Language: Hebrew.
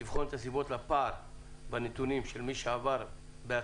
לבחון את הסיבות לפער בנתונים בין החברות לגבי המעבר בהצלחה.